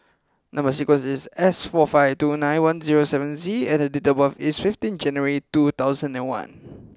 number sequence is S four five two nine one zero seven Z and date of birth is fifteen January two thousand and one